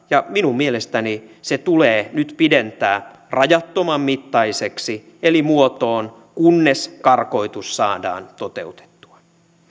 ja minun mielestäni se tulee nyt pidentää rajattoman mittaiseksi eli muotoon kunnes karkotus saadaan toteutettua